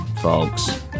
folks